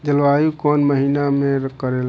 जलवायु कौन महीना में करेला?